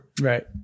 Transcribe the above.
Right